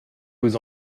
vous